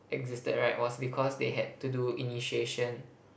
existed right was because they had to do initiation